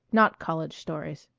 not college stories.